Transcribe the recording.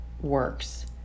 works